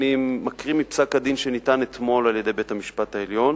אני מקריא מפסק-הדין שניתן אתמול על-ידי בית-המשפט העליון: